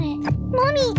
Mommy